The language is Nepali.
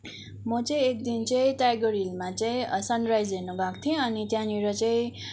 म चाहिँ एक दिन चाहिँ टाइगर हिलमा चाहिँ सनराइज हेर्न गएको थिएँ अनि त्यँहानिर चाहिँ